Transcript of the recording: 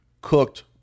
cooked